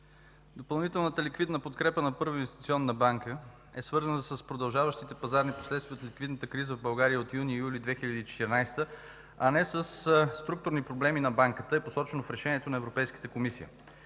Допълнителната ликвидна подкрепа на Първа инвестиционна банка е свързана с продължаващите пазарни последствия от ликвидната криза в България от юни-юли 2014 г., а не със структурни проблеми на Банката – е посочено в Решението на Европейската комисия.